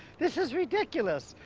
this is ridiculous.